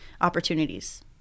opportunities